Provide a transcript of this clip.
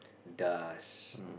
dust